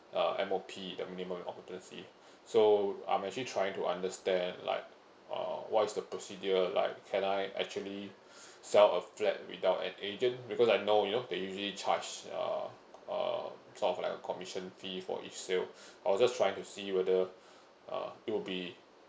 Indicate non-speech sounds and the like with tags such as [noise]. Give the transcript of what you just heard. uh M_O_P the minimum occupancy so I'm actually trying to understand like uh what is the procedure like can I actually [breath] sell a flat without an agent because I know you know they usually charge uh uh sort of like a commission fee for each sale I was just trying to see whether uh it will be